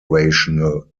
rational